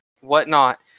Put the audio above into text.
whatnot